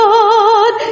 God